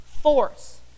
force